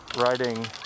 riding